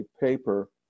paper